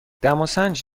دماسنج